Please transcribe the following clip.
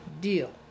deal